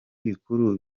bikuru